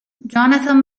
jonathan